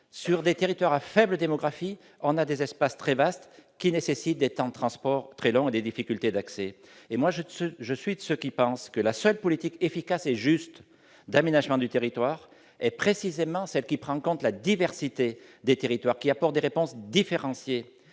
sur des territoires à faible démographie, les vastes espaces entraînent des temps de transport très longs et des difficultés d'accès. Je suis de ceux qui pensent que la seule politique efficace et juste d'aménagement du territoire est celle qui prend en compte la diversité et apporte des réponses différenciées.